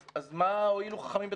אז מה הועילו חכמים בתקנתם?